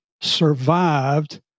survived